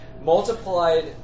Multiplied